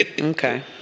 Okay